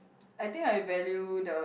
I think I value the